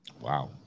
Wow